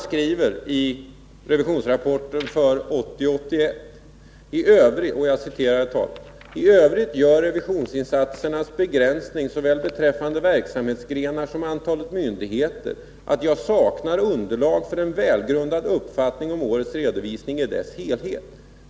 Det är anmärkningsvärt att chefen för denna enhet skriver i revisionsrapporten för 1980/81: ”I övrigt gör revisionsinsatsernas begränsning såväl beträffande verksamhetsgrenar som antalet myndigheter att jag saknar underlag för en välgrundad uppfattning om årets redovisning i dess helhet.